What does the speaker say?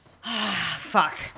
Fuck